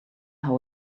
how